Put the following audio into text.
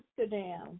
Amsterdam